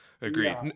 agreed